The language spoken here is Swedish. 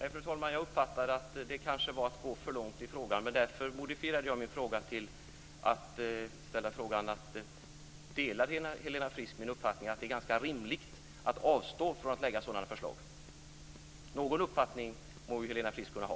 Fru talman! Jag uppfattar att det kanske var att gå för långt i frågan. Just därför modifierade jag min fråga: Delar Helena Frisk min uppfattning att det är ganska rimligt att avstå från att lägga sådana förslag? Någon uppfattning må väl Helena Frisk kunna ha.